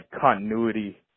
continuity